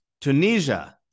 Tunisia